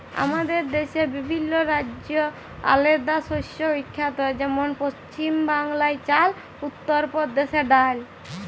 আমাদের দ্যাশে বিভিল্ল্য রাজ্য আলেদা শস্যে বিখ্যাত যেমল পছিম বাংলায় চাল, উত্তর পরদেশে ডাল